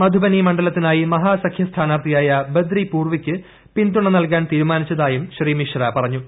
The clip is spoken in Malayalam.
മധുബനി മണ്ഡലത്തിനായി മഹാസഖ്യസ്ഥാനാർത്ഥിയായ ബദ്രി പുർവിക്ക് പിന്തുണ നൽകാൻ തീരുമാനിച്ചതായും ശ്രീ മിശ്ര പറഞ്ഞു